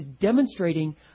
demonstrating